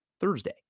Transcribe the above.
Thursday